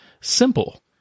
simple